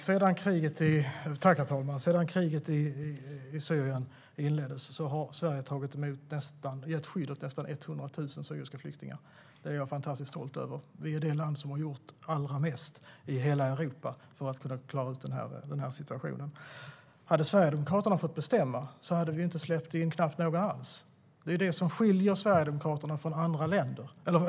Herr talman! Sedan kriget i Syrien inleddes har Sverige gett skydd åt nästan 100 000 syriska flyktingar. Det är jag otroligt stolt över. Vi är det land i hela Europa som har gjort allra mest för att kunna klara ut situationen. Om Sverigedemokraterna hade fått bestämma hade vi knappt släppt in någon alls. Det är det som skiljer Sverigedemokraterna från andra partier.